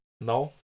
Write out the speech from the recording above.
No